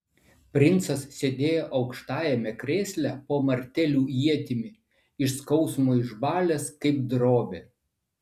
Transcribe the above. princas sėdėjo aukštajame krėsle po martelių ietimi iš skausmo išbalęs kaip drobė